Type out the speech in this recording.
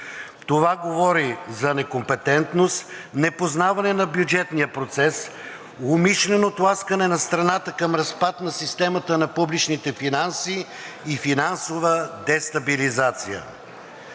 Това говори за некомпетентност, непознаване на бюджетния процес, умишлено тласкане на страната към разпад на системата на публичните финанси и финансова дестабилизация.